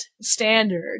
standard